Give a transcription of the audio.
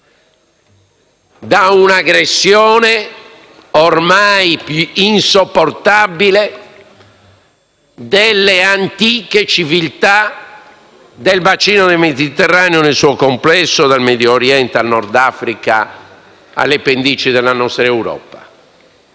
da un'aggressione ormai insopportabile delle antiche civiltà del bacino del Mediterraneo nel suo complesso, dal Medio Oriente al Nord Africa, alle pendici della nostra Europa.